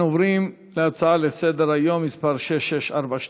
אנחנו עוברים להצעה לסדר-היום מס' 6642